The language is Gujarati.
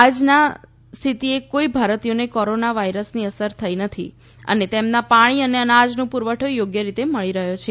આજના સ્થિતિએ કોઈ ભારતીયને કોરોનાની અસર થઈ નથી અને તેમના પાણી અને અનાજનો પુરવઠો યોગ્ય રીતે મળી રહ્યો છે